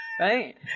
right